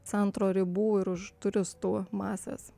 centro ribų ir už turistų masės